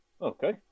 Okay